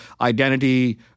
identity